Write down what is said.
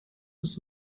ist